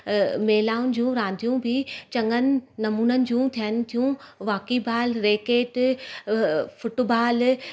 महिलाउनि जूं रांदियूं बि चङनि नमूननि जूं थियनि थियूं वॉकीबॉल रेकेट फुटबॉल